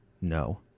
No